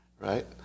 right